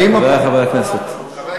חברי חברי הכנסת.